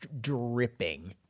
dripping